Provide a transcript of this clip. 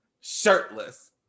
shirtless